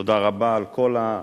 תודה רבה על כל המאמצים,